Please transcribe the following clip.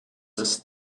ist